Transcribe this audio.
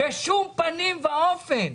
בשום פנים ואופן.